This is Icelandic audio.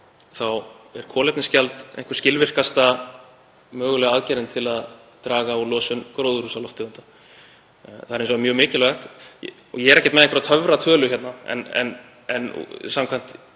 þá er kolefnisgjaldið einhver skilvirkasta mögulega aðgerðin til að draga úr losun gróðurhúsalofttegunda. Það er hins vegar mjög mikilvægt — og ég er ekki með einhverja töfratölu hérna, en samkvæmt